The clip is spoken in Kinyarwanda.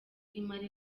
imara